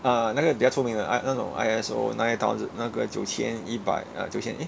ah 那个比较出名的 I uh no I_S_O nine thousand 那个九千一百 uh 九千 eh